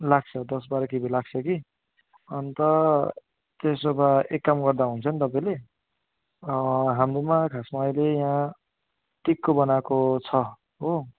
लाग्छ दस बाह्र किबी लाग्छ कि अन्त त्यसो भए एक काम गर्दा हुन्छ नि तपाईँले हाम्रोमा खासमा अहिले यहाँ टिकको बनाएको छ हो